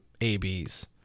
ABs